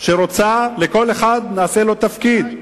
שרוצה, כל אחד נעשה לו תפקיד?